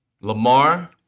Lamar